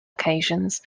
occasions